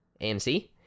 amc